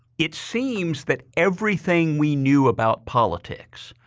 it seems that everything we knew about politics,